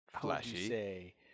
flashy